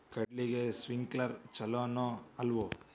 ಕಡ್ಲಿಗೆ ಸ್ಪ್ರಿಂಕ್ಲರ್ ಛಲೋನೋ ಅಲ್ವೋ?